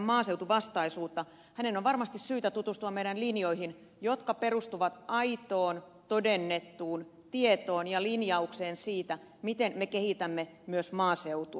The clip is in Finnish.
hänen on varmasti syytä tutustua meidän linjoihimme jotka perustuvat aitoon todennettuun tietoon ja linjaukseen siitä miten me kehitämme myös maaseutua